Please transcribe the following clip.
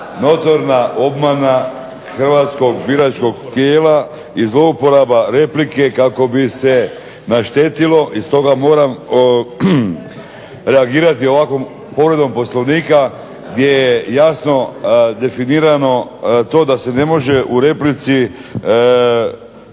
notorna obmana Hrvatskog biračkog tijela i zlouporaba replike kako bi se naštetilo i stoga moram reagirati ovako povredom Poslovnika gdje je jasno definirano to da se ne može u replici